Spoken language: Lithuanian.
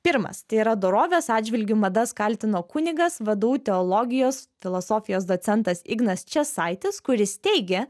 pirmas tai yra dorovės atžvilgiu madas kaltino kunigas vdu teologijos filosofijos docentas ignas česaitis kuris teigė